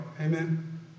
Amen